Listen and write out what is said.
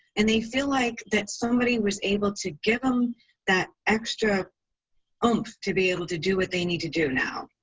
and they feel like that somebody was able to give them that extra oomph to be able to do what they need to do now.